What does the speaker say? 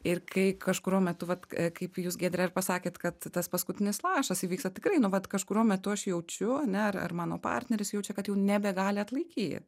ir kai kažkuriuo metu vat kaip jūs giedre ir pasakėt kad tas paskutinis lašas įvyksta tikrai nu vat kažkuriuo metu aš jaučiu ar ne ar ar mano partneris jaučia kad jau nebegali atlaikyt